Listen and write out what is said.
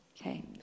Okay